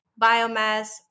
biomass